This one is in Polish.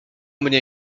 mnie